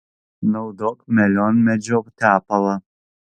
naudok melionmedžio tepalą